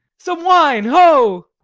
some wine, ho!